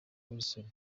weasel